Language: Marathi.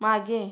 मागे